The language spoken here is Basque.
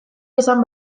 esan